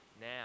now